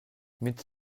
mit